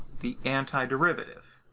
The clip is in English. the antiderivative,